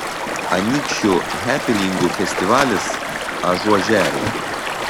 anykščių hepeningų festivalis ažuožeriai